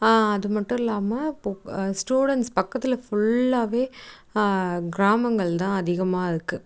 அது மட்டும் இல்லாமல் இப்போ ஸ்டூடண்ட்ஸ் பக்கத்தில் ஃபுல்லாகவே கிராமங்கள் தான் அதிகமாக இருக்கு